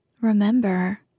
Remember